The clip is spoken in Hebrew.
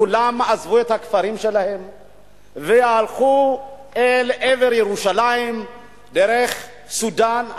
כולם עזבו את הכפרים שלהם והלכו אל עבר ירושלים דרך סודן.